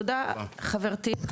תודה חברתי,